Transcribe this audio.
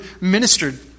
ministered